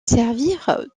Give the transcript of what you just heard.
servir